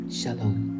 shalom